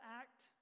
act